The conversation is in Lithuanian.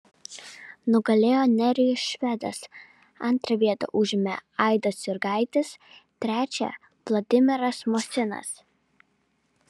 nugalėjo nerijus švedas antrą vietą užėmė aidas jurgaitis trečią vladimiras mosinas